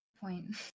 point